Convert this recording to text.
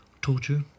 Torture